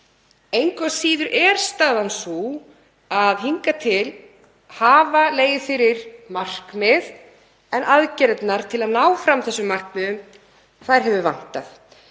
engu að síður er staðan sú að hingað til hafa legið fyrir markmið en aðgerðirnar til að ná fram þessum markmiðum hefur vantað.